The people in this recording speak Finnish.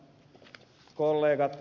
hyvät kollegat